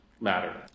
matter